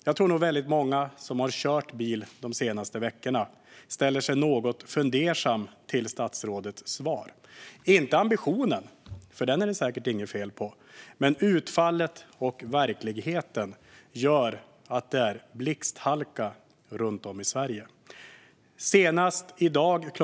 Jag tror dock att många som har kört bil de senaste veckorna ställer sig något fundersamma till statsrådets svar. Inte ambitionen, för den är det säkert inget fel på, men utfallet och verkligheten gör att det är blixthalka runt om i Sverige. Senast i dag kl.